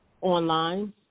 online